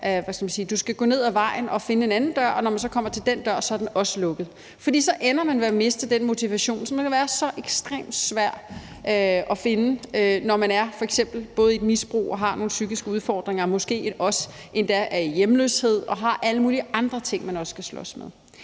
man skal gå ned ad vejen og finde en anden dør, og når man så kommer til den dør, er den også lukket. For så ender man med at miste den motivation, som kan være så ekstremt svær at finde, når man f.eks. både er i et misbrug og har nogle psykiske udfordringer, måske også endda er i hjemløshed og har alle mulige andre ting, man også skal slås med.